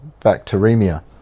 bacteremia